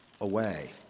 away